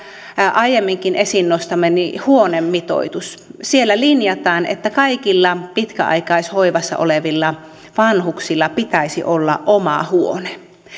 aiemminkin esiin nostamani huonemitoitus siellä linjataan että kaikilla pitkäaikaishoivassa olevilla vanhuksilla pitäisi olla oma huone